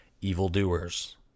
evildoers